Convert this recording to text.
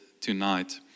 tonight